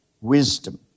wisdom